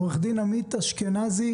עורך הדין עמית אשכנזי,